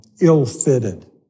ill-fitted